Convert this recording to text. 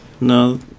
No